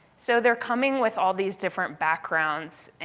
so they're coming with all these different backgrounds, and